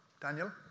Daniel